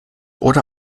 oder